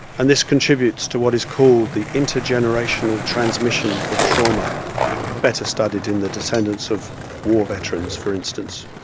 and this contributes to what is called the intergenerational transmission of trauma better studied in the descendants of war veterans, for instance.